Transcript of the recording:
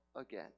again